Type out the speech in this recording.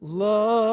love